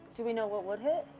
do we know what would hit?